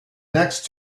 next